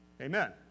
Amen